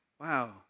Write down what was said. wow